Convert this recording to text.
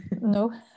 No